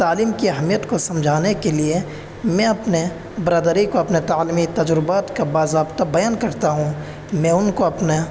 تعلیم کی اہمیت کو سمجھانے کے لیے میں اپنے برادری کو اپنے تعلیمی تجربات کا باضابطہ بیان کرتا ہوں میں ان کو اپنا